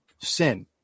sin